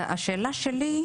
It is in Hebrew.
השאלה שלי,